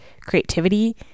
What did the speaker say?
creativity